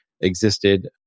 existed